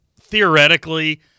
theoretically